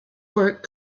work